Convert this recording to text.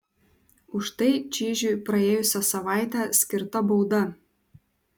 už tai čyžiui praėjusią savaitę skirta bauda